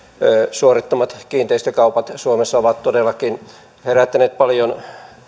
suorittamat kiinteistökaupat suomessa ovat todellakin herättäneet paljon